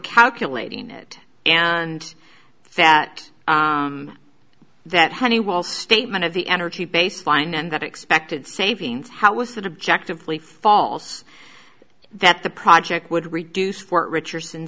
calculating it and that that honeywell statement of the energy baseline and that expected savings how was that objectively false that the project would reduce for richardson